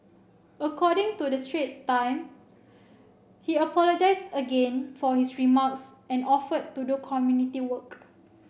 according to the Straits Time he apologised again for his remarks and offered to do community work